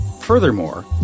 Furthermore